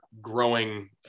growing